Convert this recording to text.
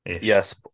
Yes